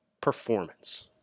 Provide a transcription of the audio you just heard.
performance